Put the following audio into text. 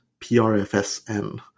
PRFSN